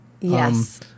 Yes